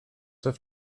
have